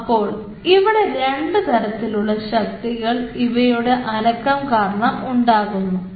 അപ്പോൾ ഇവിടെ രണ്ടു തരത്തിലുള്ള ശക്തികൾ ഇവയുടെ അനക്കം കാരണം ഉണ്ടാകുന്നുണ്ട്